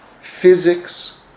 physics